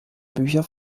bücher